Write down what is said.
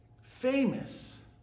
famous